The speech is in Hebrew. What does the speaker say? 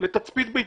לתצפית ביתית.